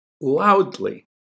loudly